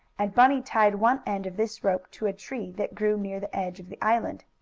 and bunny tied one end of this rope to a tree that grew near the edge of the island.